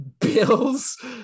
Bill's